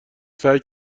سعی